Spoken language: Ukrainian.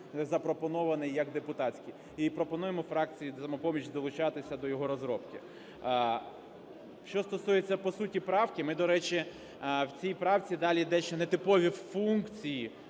запропонований як депутатський. І пропонуємо фракції "Самопоміч" долучатися до його розробки. Що стосується по суті правки, ми, до речі, в цій правці дали дещо нетипові функції